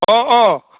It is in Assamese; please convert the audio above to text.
অঁ অঁ